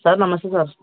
sir namaste sir